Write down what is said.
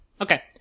Okay